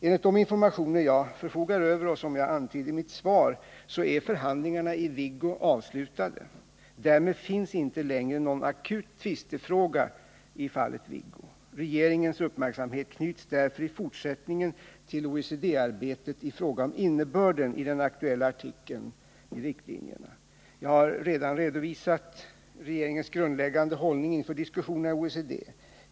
Enligt de informationer jag förfogar över och som jag antydde i mitt svar är förhandlingarna i Viggo avslutade. Därmed finns inte längre någon akut tvistefråga i fallet Viggo. Regeringens uppmärksamhet knyts därför i fortsättningen till OECD-arbetet i fråga om innebörden i den aktuella artikeln i riktlinjerna. Jag har redan redovisat regeringens grundläggande hållning inför diskussionerna i OECD.